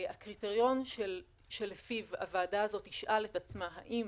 הקריטריון שלפיו הוועדה הזאת תשאל את עצמה האם